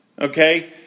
Okay